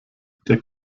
der